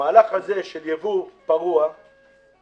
והמהלך הזה של ייבוא פרוע מראש,